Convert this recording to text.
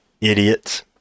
idiots